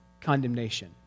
condemnation